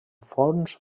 fons